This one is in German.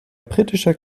britischer